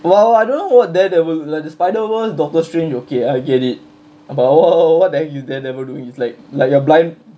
well I don't know what daredevil like the spider world doctor strange okay I get it but what the heck is daredevil doing he's like like you're blind